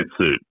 suit